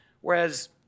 whereas